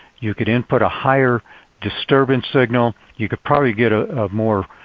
you could input a higher disturbance signal. you could probably get a more